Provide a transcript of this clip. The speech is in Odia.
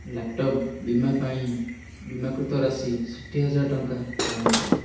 ଲାପଟପ୍ ବୀମା ପାଇଁ ବୀମାକୃତ ରାଶି ଷାଠିଏ ହଜାର ଟଙ୍କା ଚୟନ କର